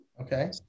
Okay